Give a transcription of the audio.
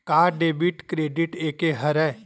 का debit credit एके हरय?